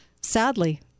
Sadly